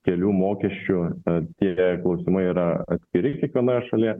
kelių mokesčių tie klausimai yra atviri kiekvienoje šalyje